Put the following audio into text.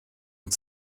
und